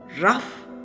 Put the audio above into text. rough